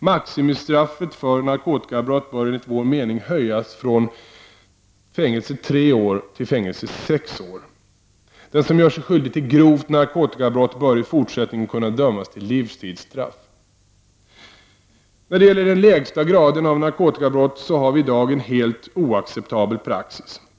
Maximistraffet för narkotikabrott bör enligt vår mening höjas från fängelse i tre år till fängelse i sex år. Den som gör sig skyldig till grovt narkotikabrott bör i fortsättningen kunna dömas till livstidsstraff. När det gäller den lägsta graden av narkotikabrott har vi i dag en helt oacceptabel praxis.